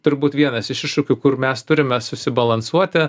turbūt vienas iš iššūkių kur mes turime susibalansuoti